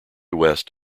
west